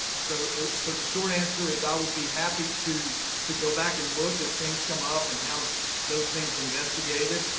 so the so the short answer is i would be happy to to go back and look at things come up, and have those things investigated.